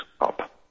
up